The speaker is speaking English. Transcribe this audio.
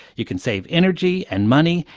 you can save energy and money,